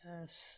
yes